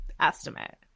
estimate